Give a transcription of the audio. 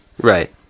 right